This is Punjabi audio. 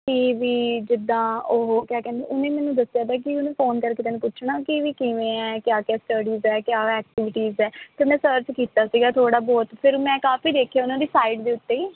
ਅਤੇ ਵੀ ਜਿੱਦਾਂ ਉਹ ਕਿਆ ਕਹਿੰਦੇ ਉਹਨੇ ਮੈਨੂੰ ਦੱਸਿਆ ਤਾ ਕਿ ਉਹਨੇ ਫੋਨ ਕਰਕੇ ਤੈਨੂੰ ਪੁੱਛਣਾ ਕਿ ਵੀ ਕਿਵੇਂ ਹੈ ਕਿਆ ਕਿਆ ਸਟੱਡੀਜ਼ ਹੈ ਕਿਆ ਐਕਟੀਵਿਟੀਜ਼ ਹੈ ਅਤੇ ਮੈਂ ਸਰਚ ਕੀਤਾ ਸੀਗਾ ਥੋੜ੍ਹਾ ਬਹੁਤ ਫਿਰ ਮੈਂ ਕਾਫੀ ਦੇਖਿਆ ਉਹਨਾਂ ਦੀ ਸਾਈਡ ਦੇ ਉੱਤੇ ਹੀ